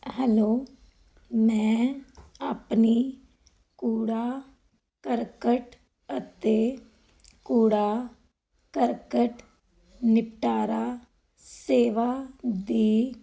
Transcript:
hello ਮੈਂ ਆਪਣੀ ਕੂੜਾ ਕਰਕਟ ਅਤੇ ਕੂੜਾ ਕਰਕਟ ਨਿਪਟਾਰਾ ਸੇਵਾ ਦੀ